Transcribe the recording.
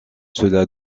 cela